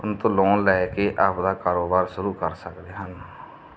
ਉਨ ਤੋਂ ਲੋਨ ਲੈ ਕੇ ਆਪਦਾ ਕਾਰੋਬਾਰ ਸ਼ੁਰੂ ਕਰ ਸਕਦੇ ਹਨ